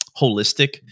holistic